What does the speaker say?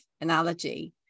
analogy